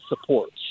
supports